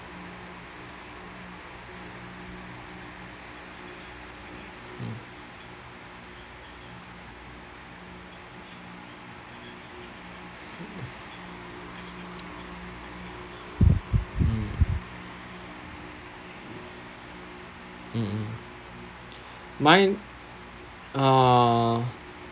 mm mmhmm mine uh